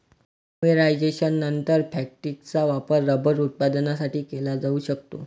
पॉलिमरायझेशननंतर, फॅक्टिसचा वापर रबर उत्पादनासाठी केला जाऊ शकतो